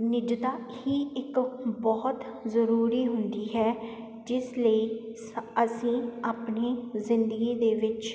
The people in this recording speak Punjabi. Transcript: ਨਿੱਜਤਾ ਹੀ ਇੱਕ ਬਹੁਤ ਜ਼ਰੂਰੀ ਹੁੰਦੀ ਹੈ ਜਿਸ ਲਈ ਸ ਅਸੀਂ ਆਪਣੀ ਜ਼ਿੰਦਗੀ ਦੇ ਵਿੱਚ